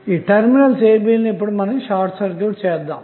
ఇప్పుడు టెర్మినల్స్abలను short circuit చేద్దాము